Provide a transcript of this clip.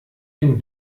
den